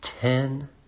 ten